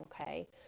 okay